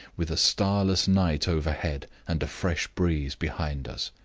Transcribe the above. with a starless night overhead, and a fresh breeze behind us.